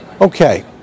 Okay